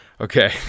Okay